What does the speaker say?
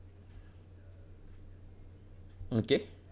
okay